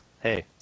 Hey